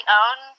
own